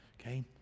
okay